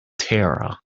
terror